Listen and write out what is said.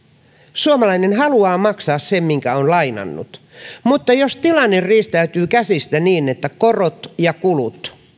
suomalainen haluaa maksaa sen minkä on lainannut mutta jos tilanne riistäytyy käsistä niin että korot ja kulut